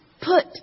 put